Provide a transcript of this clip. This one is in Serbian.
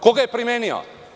Ko ga je primenio?